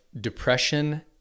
depression